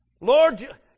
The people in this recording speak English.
Lord